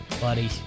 buddy